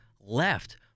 left